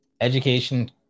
Education